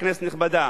כנסת נכבדה,